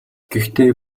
гэхдээ